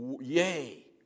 Yay